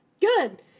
Good